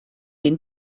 den